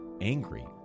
angry